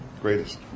greatest